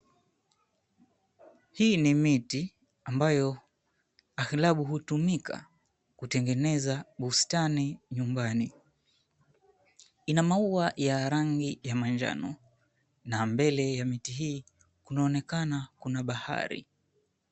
Hii ni miti ambayo aghalabu hutumika kutengeneza bustani nyumbani. Ina maua ya rangi ya manjano na mbele ya miti hii kunaonekana kuna bahari.